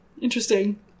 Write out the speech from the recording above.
Interesting